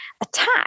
attack